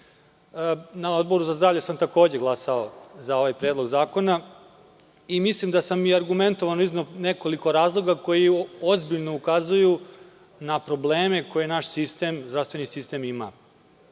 Odboru za zdravlje sam takođe glasao za ovaj predlog zakona. Mislim da sam i argumentovano izneo nekoliko razloga koji ozbiljno ukazuju na probleme koje naš zdravstveni sistem ima.